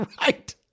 Right